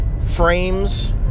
frames